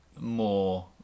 more